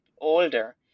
older